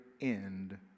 end